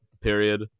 period